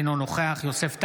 אינו נוכח יוסף טייב,